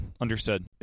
understood